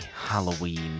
Halloween